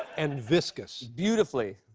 and viscous. beautifully